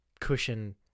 cushion